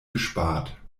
gespart